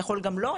יכול גם לא.